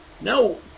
No